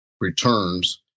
returns